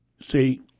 See